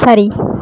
சரி